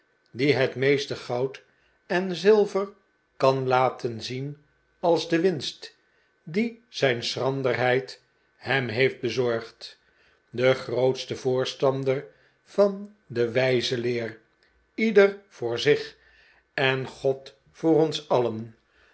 die het meeste goud en zilver kan laten zien als de winst die zijn schranderheid hem heeft bezorgd de grootste voorstander van de wijze leer ieder voor zich zelf en god voor ons alien